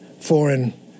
foreign